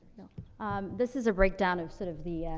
um this is a breakdown of sort of the,